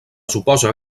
suposa